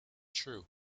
true